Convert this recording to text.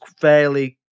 fairly